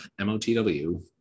motw